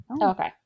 okay